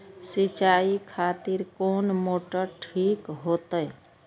सीचाई खातिर कोन मोटर ठीक होते?